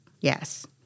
Yes